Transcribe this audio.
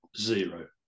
zero